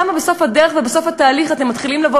למה בסוף הדרך ובסוף התהליך אתם מתחילים לבוא